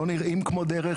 הם לא נראים כמו דרך,